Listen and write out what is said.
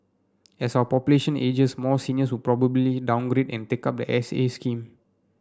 as our population ages more seniors would probably downgrade and take up the S A scheme